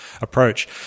approach